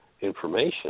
information